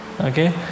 okay